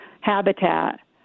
habitat